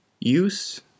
use